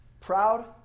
proud